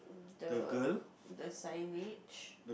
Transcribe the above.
the the signage